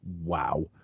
Wow